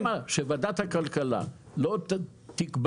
למה שוועדת הכלכלה לא תקבע?